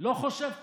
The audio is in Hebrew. לא חושב ככה.